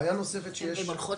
בעיה נוספת שיש --- סליחה,